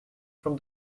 from